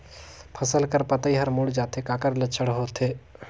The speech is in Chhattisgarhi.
फसल कर पतइ हर मुड़ जाथे काकर लक्षण होथे?